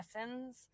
lessons